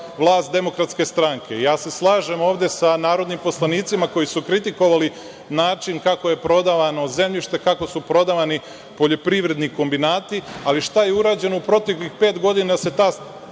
vlast DS-a? Slažem se ovde sa narodnim poslanicima koji su kritikovali način kako je prodavano zemljište, kako su prodavani poljoprivredni kombinati, ali šta je urađeno u proteklih pet godina da